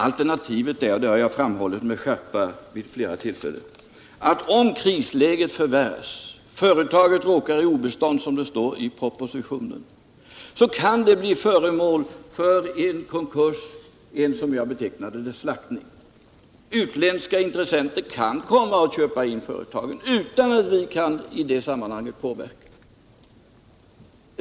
Alternativet är — det har jag med skärpa framhållit vid flera tillfällen — att om krisläget förvärras och företaget råkar i obestånd, som det står i propositionen, det kan bli föremål för en konkurs eller som jag betecknade det ”slaktning”. Utländska intressenter kan köpa in företaget utan att vi i detta sammanhang kan påverka saken.